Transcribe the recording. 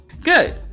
Good